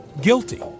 guilty